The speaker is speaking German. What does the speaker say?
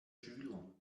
schüler